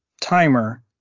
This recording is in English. timer